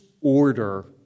order